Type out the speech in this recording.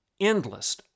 endless